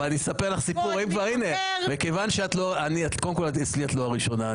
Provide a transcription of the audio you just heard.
קודם אצלי את לא הראשונה.